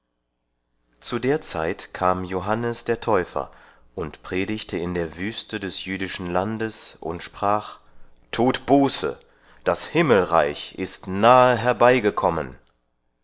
zu der zeit kam johannes der täufer und predigte in der wüste des jüdischen landes und sprach tut buße das himmelreich ist nahe